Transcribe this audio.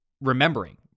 remembering